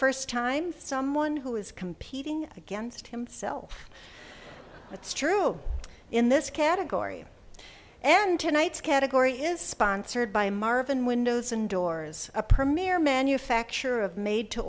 first time someone who is competing against himself that's true in this category and tonight's category is sponsored by marvin windows and doors a premier manufacturer of made to